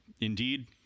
indeed